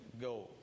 Go